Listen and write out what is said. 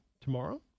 tomorrow